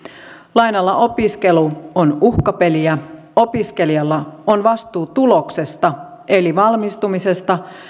lainalla opiskelu on uhkapeliä opiskelijalla on vastuu tuloksesta eli valmistumisesta